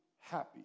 happy